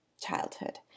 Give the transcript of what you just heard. childhood